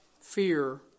fear